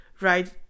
right